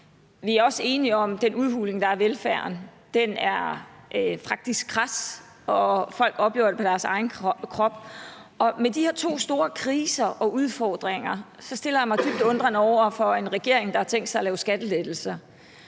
Vi er også enige om, at den udhuling, der er af velfærden, faktisk er kras. Folk oplever det på deres egen krop, og med de her to store kriser og udfordringer stiller jeg mig dybt undrende over for en regering, der har tænkt sig at lave skattelettelser.